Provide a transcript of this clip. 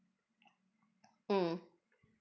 mm